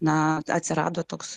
na atsirado toks